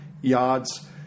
yards